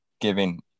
giving